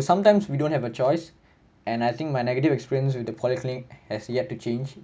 sometimes we don't have a choice and I think my negative experience with the polyclinic has yet to change